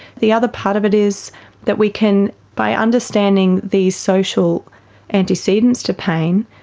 the other part of it is that we can, by understanding the social antecedents to pain,